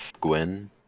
Gwen